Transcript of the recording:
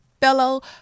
fellow